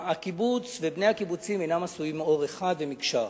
הקיבוץ ובני הקיבוצים אינם עשויים מעור אחד ומקשה אחת.